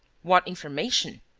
what information?